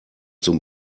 zum